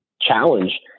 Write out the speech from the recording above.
challenge